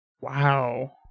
Wow